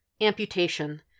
Amputation